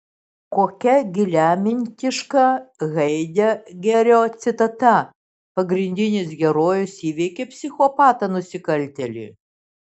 kokia giliamintiška haidegerio citata pagrindinis herojus įveikė psichopatą nusikaltėlį